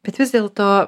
bet vis dėlto